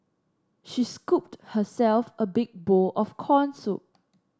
she scooped herself a big bowl of corn soup